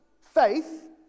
faith